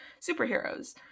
superheroes